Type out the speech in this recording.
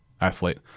athlete